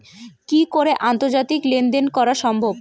কি করে আন্তর্জাতিক লেনদেন করা সম্ভব?